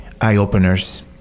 eye-openers